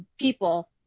people